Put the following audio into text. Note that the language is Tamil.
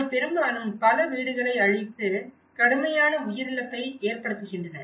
அவை பெரும்பாலும் பல வீடுகளை அழித்து கடுமையான உயிர் இழப்பை ஏற்படுத்துகின்றன